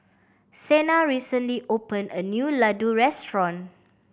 Sena recently opened a new Ladoo Restaurant